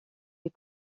est